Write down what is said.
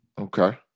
Okay